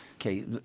Okay